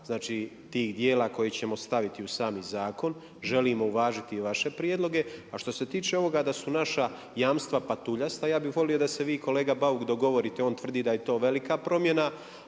znači tih djela koji ćemo staviti u sami zakon. Želimo uvažiti i vaše prijedloge. A što se tiče ovoga da su naša jamstva patuljasta ja bih volio da se vi kolega Bauk dogovorite. On tvrdi da je to velika promjena.